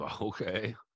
Okay